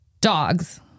Dogs